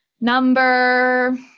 Number